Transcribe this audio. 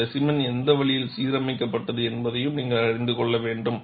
specimen எந்த வழியில் சீரமைக்கப்பட்டது என்பதை நீங்கள் அறிந்து கொள்ள வேண்டும்